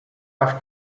acho